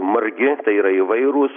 margi tai yra įvairūs